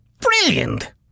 Brilliant